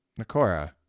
Nakora